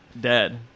dead